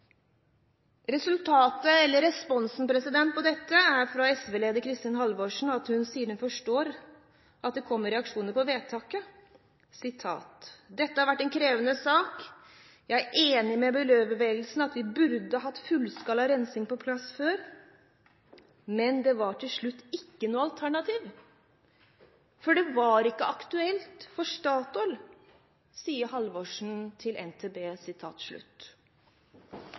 Responsen på dette fra SV-leder Kristin Halvorsen var at hun sa at hun forsto at det kom reaksjoner på vedtaket: «Dette har vært en krevende sak. Jeg er enig med miljøbevegelsen at vi burde hatt fullskala rensing på plass før. Men det var til slutt ikke noe alternativ, for det var ikke aktuelt for Statoil.» Det sa Halvorsen til NTB.